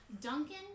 Duncan